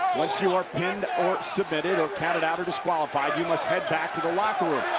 once you are pinned or submitted or counted out or disqualified, you must head back to the locker room.